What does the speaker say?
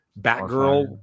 Batgirl